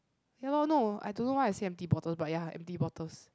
ya lor no I don't know why I say empty bottles but ya empty bottles